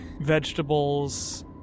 vegetables